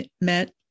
met